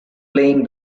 playing